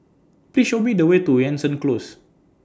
Please Show Me The Way to Jansen Close